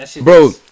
bro